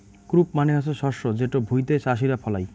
crop মানে হসে শস্য যেটো ভুঁইতে চাষীরা ফলাই